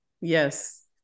yes